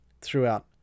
throughout